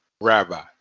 rabbi